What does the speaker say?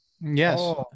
Yes